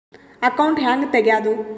Account ಹ್ಯಾಂಗ ತೆಗ್ಯಾದು?